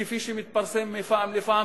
כפי שמתפרסם מפעם לפעם,